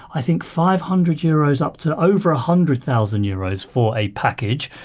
i think, five hundred euros up to over a hundred thousand euros for a package.